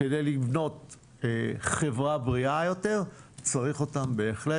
כדי לבנות חברה בריאה יותר צריך אותם בהחלט